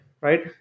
right